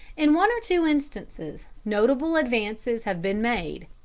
in one or two instances notable advances have been made,